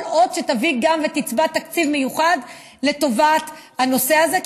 כל עוד תביא ותצבע תקציב מיוחד לטובת הנושא הזה,